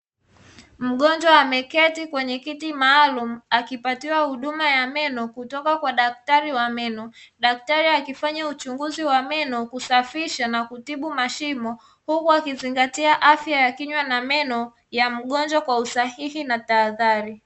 Mgonjwa ameketi kwenye kiti maalum akipatiwa huduma ya meno kutoka kwa daktari wa meno daktari, akifanya uchunguzi wa meno kusafisha na kutibu mashimo huku akizingatia afya ya kinywa na meno ya mgonjwa kwa usahihi na tahadhari.